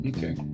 Okay